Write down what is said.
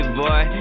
boy